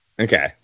Okay